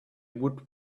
woot